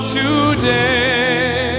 today